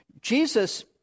Jesus